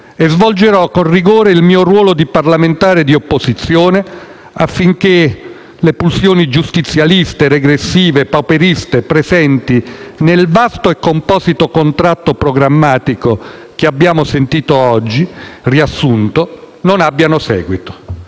E svolgerò con rigore il mio ruolo di parlamentare di opposizione, affinché le pulsioni giustizialiste, regressive, pauperiste presenti nel vasto e composito contratto programmatico che abbiamo sentito oggi riassunto non abbiano seguito.